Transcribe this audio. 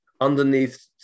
underneath